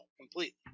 completely